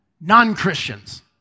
Non-Christians